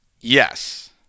Yes